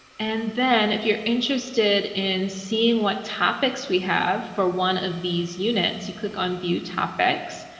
and then if you're interested in seeing what topics we have for one of these units you click on view topics.